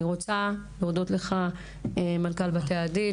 אני רוצה להודות לך מנכ"ל בתי הדין,